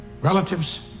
Relatives